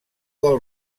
del